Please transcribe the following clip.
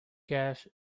cash